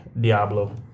Diablo